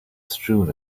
strewn